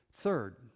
Third